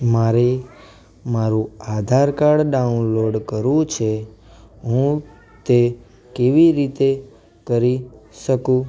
મારે મારું Aadhaar card download કરવું છે હું તે કેવી રીતે કરી શકું